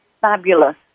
fabulous